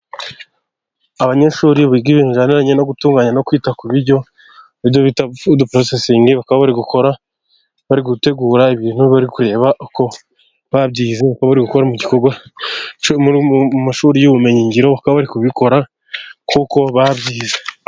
Abanyeshuri biga ibintu bijyaniranye no gutunganya，no kwita ku biryo，ibyo bita fudu porosesingi，bakaba bari gukora， bari gutegura ibintu， bari kureba uko babyize，bakaba bari gukora igikorwa cyo mu mashuri y'ubumenyi ngiro，bakaba bari kubikora kuko babyize.